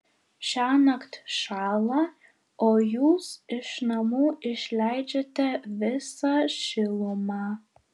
šiąnakt šąla o jūs iš namų išleidžiate visą šilumą